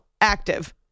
active